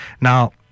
now